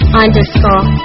underscore